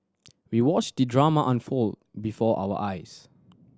we watched the drama unfold before our eyes